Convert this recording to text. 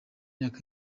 myaka